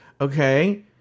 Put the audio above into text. okay